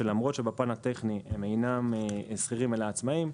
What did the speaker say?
שאומרת שלמרות שבפן הטכני הם אינם שכירים אלא עצמאים,